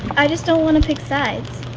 i just don't want to pick sides.